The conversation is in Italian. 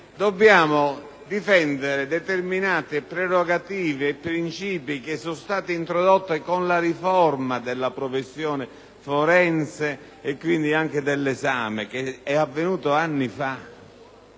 dobbiamo difendere determinati principi e prerogative introdotti con la riforma della professione forense, e quindi anche dell'esame, che è avvenuta anni fa.